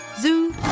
zoo